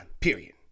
Period